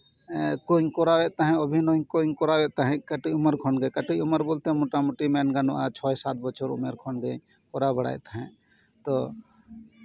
ᱠᱚᱧ ᱠᱚᱨᱟᱣ ᱮᱫ ᱛᱟᱦᱮᱱ ᱚᱵᱷᱤᱱᱚᱭ ᱠᱚᱧ ᱠᱚᱨᱟᱣᱮᱫ ᱛᱟᱦᱮᱸᱫ ᱠᱟᱹᱴᱤᱡ ᱩᱢᱟᱹᱨ ᱠᱷᱚᱱ ᱜᱮ ᱠᱟᱹᱴᱤᱡ ᱩᱢᱟᱹᱨ ᱵᱚᱞᱛᱮ ᱢᱚᱴᱟᱢᱩᱴᱤ ᱢᱮᱱ ᱜᱟᱱᱚᱜᱼᱟ ᱪᱷᱚᱭ ᱥᱟᱛ ᱵᱚᱪᱷᱚᱨ ᱩᱢᱟᱹᱨ ᱠᱷᱚᱱ ᱜᱮ ᱠᱚᱨᱟᱣ ᱵᱟᱲᱟᱭᱮᱫ ᱛᱟᱦᱮᱸᱜ ᱛᱳ